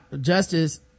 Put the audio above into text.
Justice